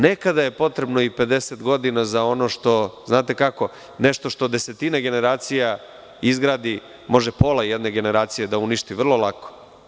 Nekada je potrebno i 50 godina za ono što, znate kako, nešto što desetine generacija izgradi može pola jedne generacije da uništi vrlo lako.